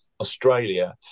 australia